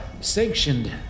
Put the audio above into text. sanctioned